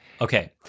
Okay